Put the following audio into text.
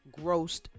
grossed